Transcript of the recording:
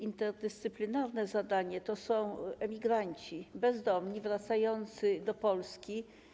Interdyscyplinarne zadanie to są emigranci bezdomni wracający do Polski.